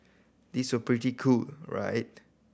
these were pretty cool right